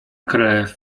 krew